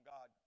God